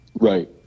Right